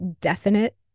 definite